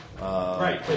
Right